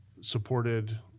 supported